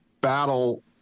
battle